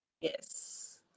yes